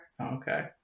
okay